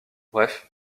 bref